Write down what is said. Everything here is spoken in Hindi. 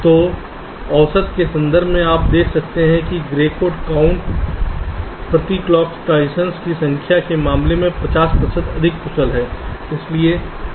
तो औसत के संदर्भ में आप देख सकते हैं कि ग्रे कोड काउंटर प्रति क्लॉक ट्रांजिशंस की संख्या के मामले में 50 प्रतिशत अधिक कुशल है